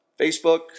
Facebook